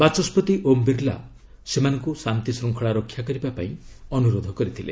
ବାଚସ୍କତି ଓମ୍ ବିର୍ଲା ସେମାନଙ୍କୁ ଶାନ୍ତିଶୃଙ୍ଖଳା ରକ୍ଷା କରିବା ପାଇଁ ଅନୁରୋଧ କରିଥିଲେ